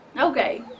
Okay